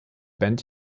band